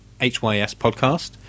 hyspodcast